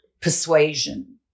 persuasion